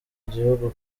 gihugu